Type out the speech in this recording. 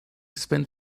spent